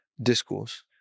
discourse